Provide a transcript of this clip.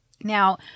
Now